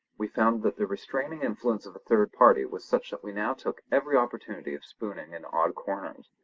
we found that the restraining influence of a third party was such that we now took every opportunity of spooning in odd corners.